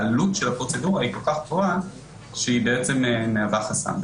העלות של הפרוצדורה היא כל כך גבוהה שהיא בעצם מהווה חסם.